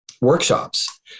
workshops